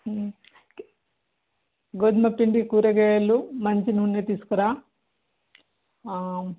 గోధుమ పండి కూరగాయలు మంచి నూన్నె తీసుకురా